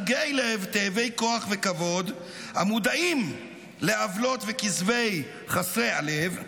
מוגי לב תאבי כוח וכבוד המודעים לעוולות וכזבי חסרי הלב,